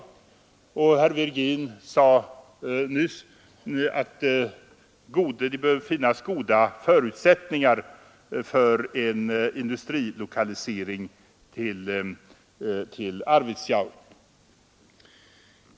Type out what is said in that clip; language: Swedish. Herr tredje vice talmannen Virgin sade nyss att det bör finnas goda förutsättningar för en industrilokalisering till Arvidsjaur.